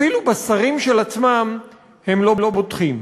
אפילו בשרים של עצמם הם לא בוטחים.